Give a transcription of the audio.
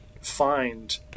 find